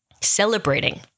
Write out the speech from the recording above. celebrating